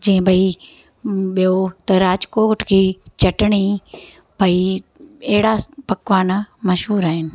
जीअं भई ॿियो त राजकोट जी चटिणी भई अहिड़ा पकवान मशहूरु आहिनि